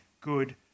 good